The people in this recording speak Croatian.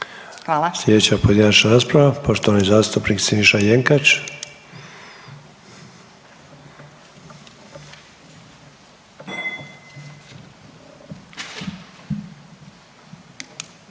Vrijeme. Sljedeća pojedinačna rasprava, poštovani zastupnik Siniša Jenkač.